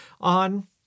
on